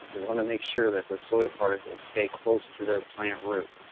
we want to make sure that the soil particles stay close to their plant root.